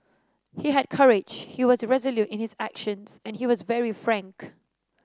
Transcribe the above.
he had courage he was resolute in his actions and he was very frank